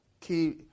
key